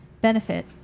benefit